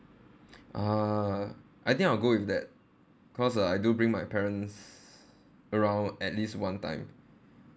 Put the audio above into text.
uh I think I'll go with that cause uh I do bring my parents around at least one time